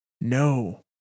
No